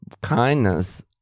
kindness